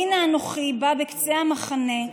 והנה אנכי בא בקצה המחנה,